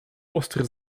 ostry